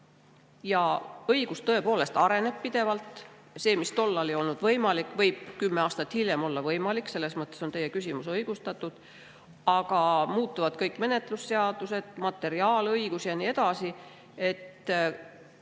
on. Õigus tõepoolest areneb pidevalt. See, mis tol ajal ei olnud võimalik, võib 10 aastat hiljem olla võimalik. Selles mõttes on teie küsimus õigustatud. Aga muutuvad kõik menetlusseadused, materiaalõigus ja nii edasi.